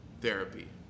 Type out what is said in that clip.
therapy